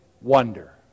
wonder